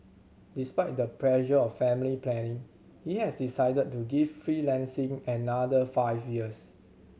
despite the pressure of family planning he has decided to give freelancing another five years